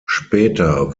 später